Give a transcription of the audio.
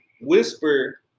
whisper